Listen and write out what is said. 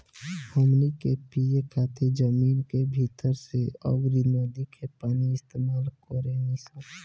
हमनी के पिए खातिर जमीन के भीतर के अउर नदी के पानी इस्तमाल करेनी सन